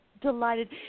delighted